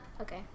Okay